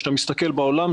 כשאתה מסתכל בעולם,